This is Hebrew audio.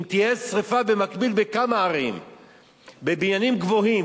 אם תהיה שרפה במקביל בכמה ערים בבניינים גבוהים,